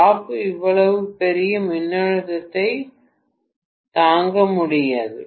காப்பு இவ்வளவு பெரிய மின்னழுத்த அழுத்தத்தைத் தாங்க முடியாது